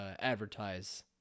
advertise